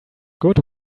good